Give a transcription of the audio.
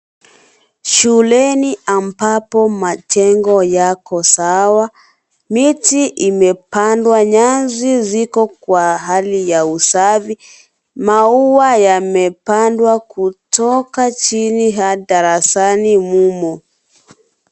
Shuleni ambapo majengo yako sawa. Miti imepandwa, nyasi kwa Hali ya usafi. Maua yamepandwa kutoka chini darasani mumo.